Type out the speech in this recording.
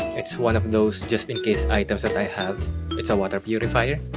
it's one of those just-in-case items that i have it's a water purifier